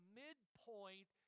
midpoint